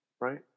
Right